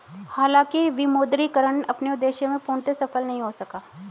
हालांकि विमुद्रीकरण अपने उद्देश्य में पूर्णतः सफल नहीं हो सका